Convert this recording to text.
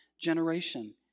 generation